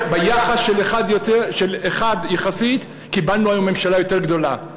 ביחס של אחד יותר קיבלנו היום ממשלה יותר גדולה.